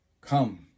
come